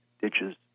ditches